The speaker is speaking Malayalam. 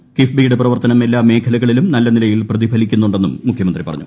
പൂർക്കീഫ്ബിയുടെ പ്രവർത്തനം എല്ലാ മേഖലകളിലും നല്ല നിൽയ്ടിൽ പ്രതിഫലിക്കുന്നുണ്ടെന്നും മുഖ്യമന്ത്രി പറഞ്ഞു